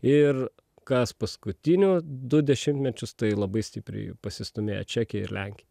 ir kas paskutinių du dešimtmečius tai labai stipriai pasistūmėję čekija ir lenkija